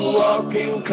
walking